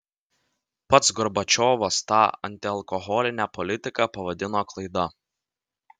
pats gorbačiovas tą antialkoholinę politiką pavadino klaida